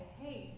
hey